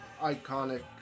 iconic